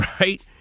Right